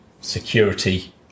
security